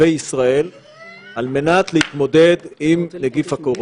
אזרחי ישראל במציאות שפשוט לא מחייבת את זה.